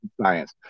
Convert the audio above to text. science